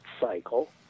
cycle